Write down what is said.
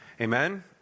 Amen